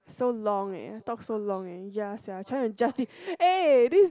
so long eh talk so long eh ya sia trying to justi~ eh this